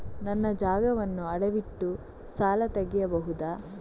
ನನ್ನ ಜಾಗವನ್ನು ಅಡವಿಟ್ಟು ಸಾಲ ತೆಗೆಯಬಹುದ?